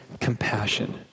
compassion